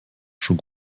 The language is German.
schon